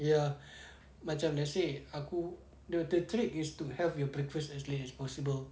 ya macam let's say aku the the trick is to have your breakfast as late